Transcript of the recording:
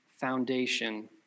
foundation